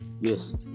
Yes